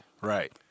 Right